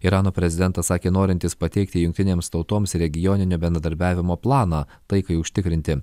irano prezidentas sakė norintis pateikti jungtinėms tautoms regioninio bendradarbiavimo planą taikai užtikrinti